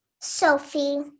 Sophie